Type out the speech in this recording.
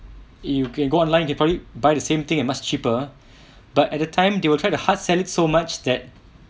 you can go online you probably buy the same thing and much cheaper but at that time they will try to hard sell it so much that